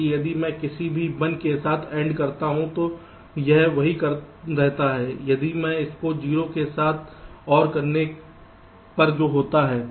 इसलिए यदि मैं किसी को 1 के साथ AND करता हूं तो यह वही रहता है यदि मैं उसको 0 के साथ OR करने पर जो होता है